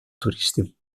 turisti